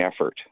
effort